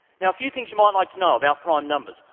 now a few things you might like to know about prime numbers.